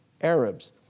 Arabs